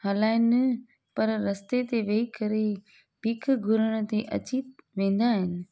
हलाइनि पर रस्ते ते वेही करे बीख घुरण ते अची वेंदा आहिनि